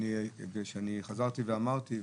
כאשר חזרתי ואמרתי,